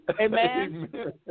Amen